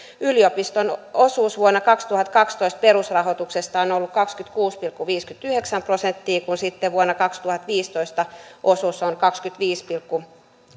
yliopiston osuus vuonna kaksituhattakaksitoista perusrahoituksesta on on ollut kaksikymmentäkuusi pilkku viisikymmentäyhdeksän prosenttia kun sitten vuonna kaksituhattaviisitoista osuus on kaksikymmentäviisi pilkku